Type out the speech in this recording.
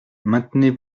maintenez